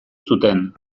zuten